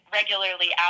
regularly